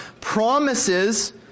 promises